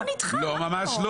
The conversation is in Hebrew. לא.